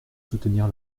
soutenir